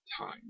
time